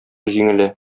җиңелә